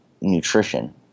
nutrition